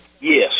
Yes